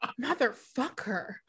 Motherfucker